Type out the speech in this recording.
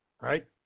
right